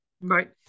Right